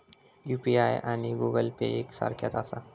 UPI आणि Google Pay एक सारख्याच आसा?